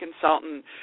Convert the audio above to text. consultant